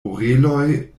oreloj